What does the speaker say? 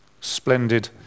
splendid